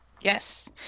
Yes